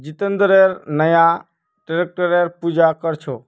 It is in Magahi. जितेंद्र नया ट्रैक्टरेर पूजा कर छ